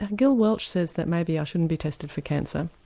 gil welch says that maybe i shouldn't be tested for cancer.